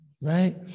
Right